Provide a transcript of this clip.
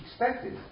Expected